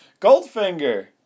Goldfinger